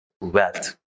wealth